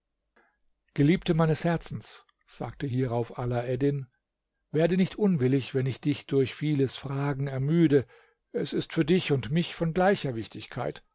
geliebte meines herzens sagte hierauf alaeddin werde nicht unwillig wenn ich dich durch vieles fragen ermüde es ist für dich und mich von gleicher wichtigkeit